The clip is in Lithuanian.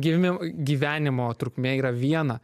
gyvemi gyvenimo trukmė yra viena